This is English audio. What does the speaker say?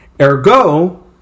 Ergo